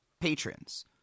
patrons